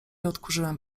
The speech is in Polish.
odkurzyłem